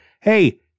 Hey